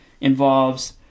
involves